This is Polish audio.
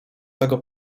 tego